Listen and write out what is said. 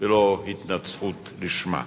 ולא התנצחות לשמה.